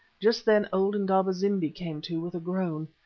just then old indaba-zimbi came to with a groan.